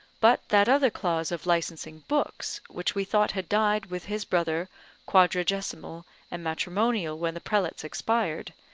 but that other clause of licensing books, which we thought had died with his brother quadragesimal and matrimonial when the prelates expired,